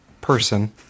person